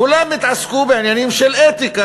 כולם התעסקו בענייני אתיקה,